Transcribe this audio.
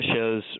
Shows